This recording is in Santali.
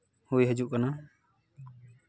ᱦᱩᱭ ᱦᱤᱡᱩᱜ ᱠᱟᱱᱟ